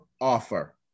offer